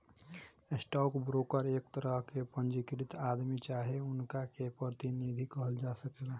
stock broker एक तरह के पंजीकृत आदमी चाहे उनका के प्रतिनिधि कहल जा सकेला